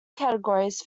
categories